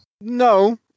no